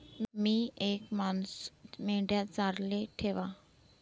मी येक मानूस मेंढया चाराले ठेवा